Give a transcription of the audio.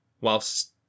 whilst